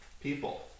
people